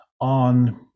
on